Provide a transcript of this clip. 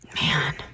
Man